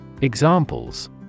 Examples